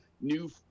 new